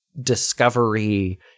discovery